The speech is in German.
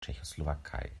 tschechoslowakei